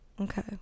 Okay